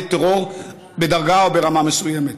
יהיה טרור בדרגה או ברמה מסוימת.